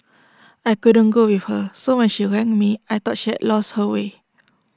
I couldn't go with her so when she rang me I thought she had lost her way